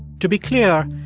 to be clear,